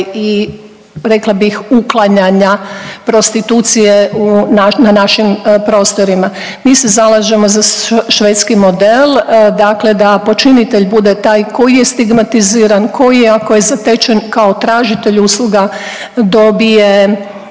i rekla bih uklanjanja prostitucije na našim prostorima. Mi se zalažemo za švedski model da počinitelj bude taj koji je stigmatiziran, koji je ako je zatečen kao tražitelj usluga dobije